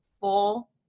full